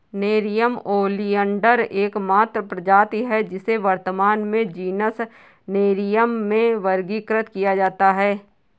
nerium oleander एकमात्र प्रजाति है जिसे वर्तमान में जीनस नेरियम में वर्गीकृत किया गया है